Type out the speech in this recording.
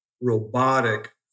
robotic